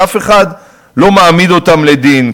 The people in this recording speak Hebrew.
ואף אחד לא מעמיד אותם לדין,